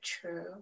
true